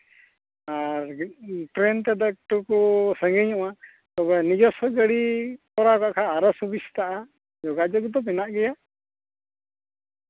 ᱟᱨ train ᱛᱮᱫᱚ ᱮᱠᱴᱩᱠᱩ ᱥᱟᱺᱜᱤᱧᱚᱜᱼᱟ ᱛᱚᱵᱮ ᱱᱤᱡᱚᱥᱥᱚ ᱜᱟᱹᱲᱤ ᱠᱚᱨᱟᱣ ᱠᱟᱜ ᱠᱷᱟᱱ ᱟᱨᱚ ᱥᱩᱵᱤᱥᱛᱟᱜᱼᱟ ᱡᱳᱜᱟᱡᱳᱜᱽ ᱫᱚ ᱢᱮᱱᱟᱜ ᱜᱮᱭᱟ